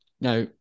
Now